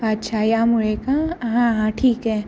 अच्छा यामुळे का हां हां ठीक आहे